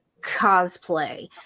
cosplay